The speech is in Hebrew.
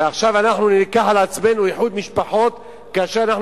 ועכשיו אנחנו ניקח על עצמנו איחוד משפחות כאשר אנחנו